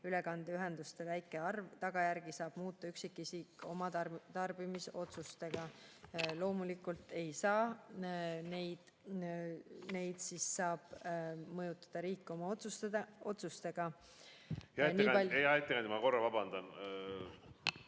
ülekandeühenduste väike arv, tagajärgi saab muuta üksikisik oma tarbimisotsustega?" Loomulikult ei saa, neid saab mõjutada riik oma otsustega ... Hea ettekandja, ma korra vabandan.